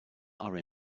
are